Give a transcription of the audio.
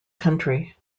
country